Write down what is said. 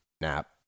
Nap